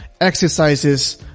exercises